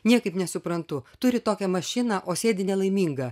niekaip nesuprantu turi tokią mašiną o sėdi nelaiminga